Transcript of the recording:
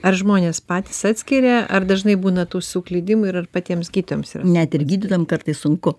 ar žmonės patys atskiria ar dažnai būna tų suklydimų ir ar patiems gydytojams yra net ir gydytojams kartais sunku